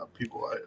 people